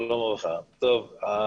שלום וברכה,